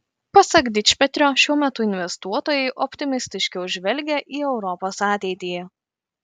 pasak dičpetrio šiuo metu investuotojai optimistiškiau žvelgia į europos ateitį